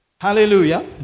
Hallelujah